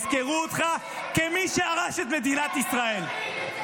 יזכרו אותך כמי שהרס את מדינת ישראל.